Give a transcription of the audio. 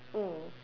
mm